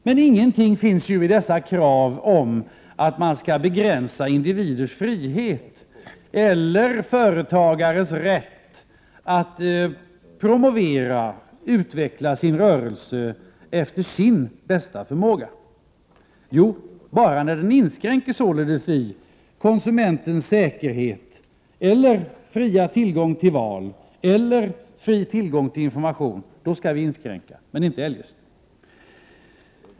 Men i dessa krav finns ju ingenting av att man skall begränsa individers frihet eller företagares rätt att utveckla sin rörelse efter sin bästa förmåga. Så är fallet enbart när de minskar konsumentens säkerhet eller fria tillgång till val eller till information. Då skall vi inskränka denna rätt, men inte eljest.